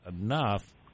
enough